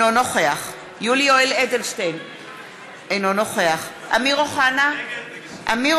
הרי אני אמרתי לכם פעם: אתם לציבור